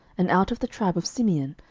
and out of the tribe of simeon,